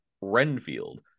Renfield